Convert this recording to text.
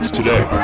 today